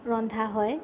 ৰন্ধা হয়